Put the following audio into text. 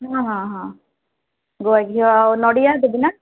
ହଁ ହଁ ହଁ ଗୁଆ ଘିଅ ଆଉ ନଡ଼ିଆ ଦେବି ନା